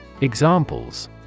Examples